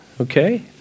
okay